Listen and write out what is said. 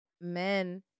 men